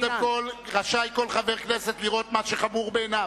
קודם כול רשאי חבר כנסת לראות מה שחמור בעיניו.